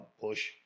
push